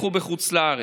שלהם נערכו בחוץ לארץ.